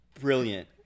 brilliant